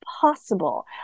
possible